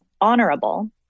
honorable